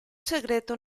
segreto